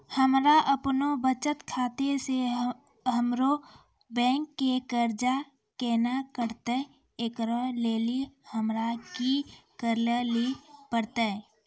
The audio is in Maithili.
हमरा आपनौ बचत खाता से हमरौ बैंक के कर्जा केना कटतै ऐकरा लेली हमरा कि करै लेली परतै?